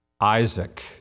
Isaac